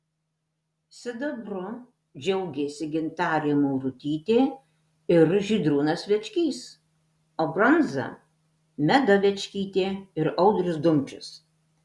sidabru džiaugėsi gintarė maurutytė ir žydrūnas večkys o bronza meda večkytė ir audrius dumčius